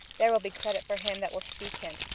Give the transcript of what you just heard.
there will be credit for him, that will speak him,